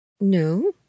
no